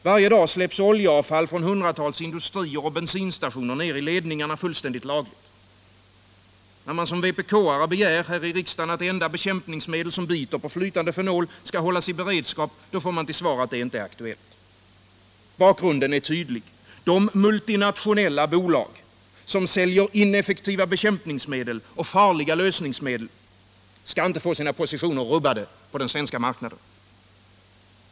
Varje dag släpps oljeavfall från hundratals industrier och bensinstationer ner i ledningarna — fullständigt lagligt. När man som vpk-are begär här i riksdagen att det enda bekämpningsmedel som biter på flytande fenol skall hållas i beredskap får man till svar att det inte är aktuellt. Bakgrunden är tydlig: de multinationella bolag som säljer ineffektiva bekämpningsmedel och farliga lösningsmedel skall inte få sina positioner på den svenska marknaden rubbade.